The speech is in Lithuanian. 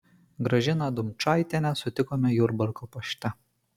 gražiną dumčaitienę sutikome jurbarko pašte